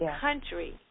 country